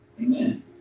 Amen